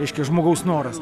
reiškia žmogaus noras